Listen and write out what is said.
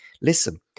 listen